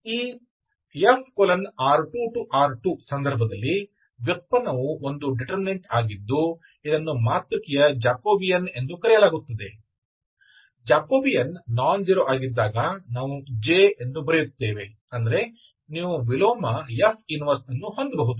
ಈ F R2R2 ಸಂದರ್ಭದಲ್ಲಿ ವ್ಯುತ್ಪನ್ನವು ಒಂದು ಡಿಟರ್ಮಿನಂಟ ಆಗಿದ್ದು ಇದನ್ನು ಮಾತೃಕೆಯ ಜಾಕೋಬಿಯನ್ ಎಂದು ಕರೆಯಲಾಗುತ್ತದೆ ಜಾಕೋಬಿಯನ್ ನಾನ್ ಜೀರೋ ಆಗಿದ್ದಾಗ ನಾವು J ಎಂದು ಬರೆಯುತ್ತೇವೆ ಅಂದರೆ ನೀವು ವಿಲೋಮ F 1 ಅನ್ನು ಹೊಂದಬಹುದು